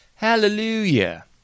Hallelujah